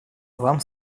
вам